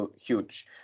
huge